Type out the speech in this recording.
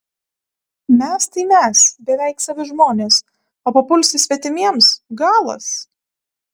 mes tai mes beveik savi žmonės o papulsi svetimiems galas